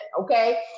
okay